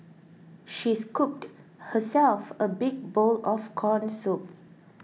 she scooped herself a big bowl of Corn Soup